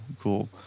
cool